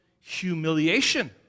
humiliation